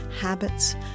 habits